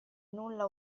nulla